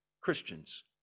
Christians